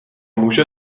muže